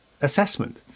assessment